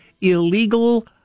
illegal